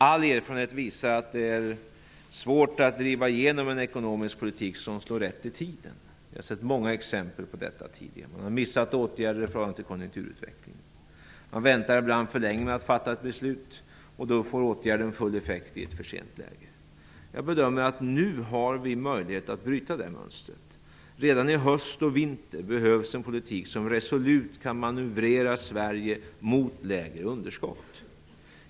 All erfarenhet visar att det är svårt att driva igenom en ekonomisk politik som slår rätt i tiden. Vi har sett många exempel på detta tidigare. Man har missat åtgärder i förhållande till konjunkturutvecklingen. Man väntar ibland för länge med att fatta ett beslut, och då får åtgärden full effekt i ett läge då det är för sent. Jag bedömer att vi nu har möjlighet att bryta det mönstret. Redan i höst och vinter behövs en politik som resolut kan manövrera Sverige mot lägre underskott.